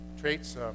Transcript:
traits